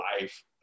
life